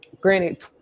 granted